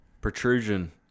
Protrusion